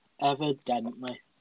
Evidently